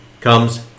comes